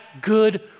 good